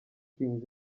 king